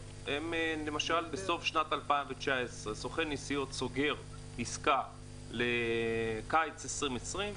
בסוף שנת 2019 סוכן נסיעות סוגר עסקה לקיץ 2020,